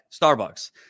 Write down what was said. Starbucks